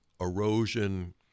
erosion